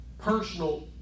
personal